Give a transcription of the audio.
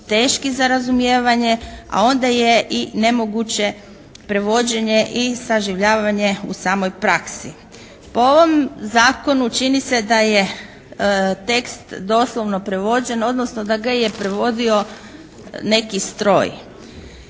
teški za razumijevanje a onda je i nemoguće prevođenje i saživljavanje u samoj praksi. Po ovom zakonu čini se da je tekst doslovno prevođen odnosno da ga je prevodio neki stroj.